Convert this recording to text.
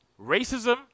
racism